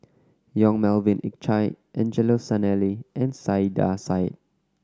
Yong Melvin Yik Chye Angelo Sanelli and Saiedah Said